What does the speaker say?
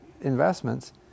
investments